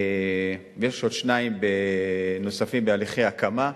יש עוד שניים בהליכי הקמה,